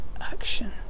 action